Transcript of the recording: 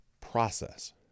process